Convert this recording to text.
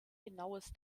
genaues